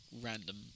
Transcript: random